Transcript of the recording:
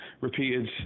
repeated